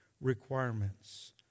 requirements